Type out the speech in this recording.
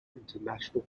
international